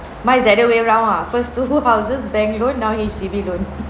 mine is the other way round ah first two houses bank loan now H_D_B loan